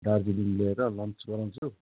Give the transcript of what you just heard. दार्जिलिङ ल्याएर लन्च गराउँछु